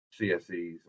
CSEs